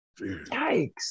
yikes